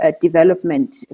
development